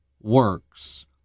Works